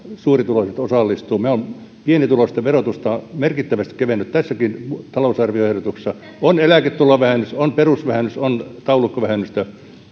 suurituloiset osallistuvat me olemme pienituloisten verotusta merkittävästi keventäneet tässäkin talousarvioehdotuksessa on eläketulovähennys on perusvähennys on taulukkovähennystä